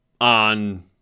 on